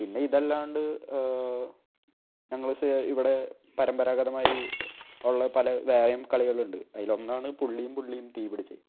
പിന്നെ ഇതല്ലാണ്ട് ഞങ്ങളെ ഇവിടെ പരമ്പരാഗതമായി ഉള്ള പല വേറെയും കളികളുണ്ട് അതിലൊന്നാണ് പുള്ളീം പുള്ളീം ടീം പിടിച്ച്